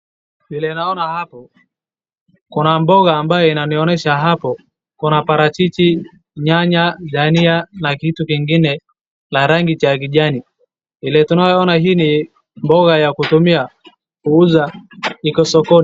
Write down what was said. Vile naona hapo kuna mboga ambayo inanionyesha hapo, kuna parachichi, nyanya, dania, na kitu kingine la rangi cha kijani. Vile tu aona hii ni mboga ya kutumia kuuza, iko sokoni.